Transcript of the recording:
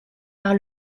par